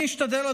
אני אשתדל,